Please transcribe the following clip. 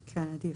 כן, עדיף.